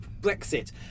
Brexit